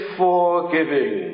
forgiving